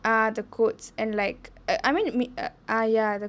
ah the codes and like err I mean ah ya the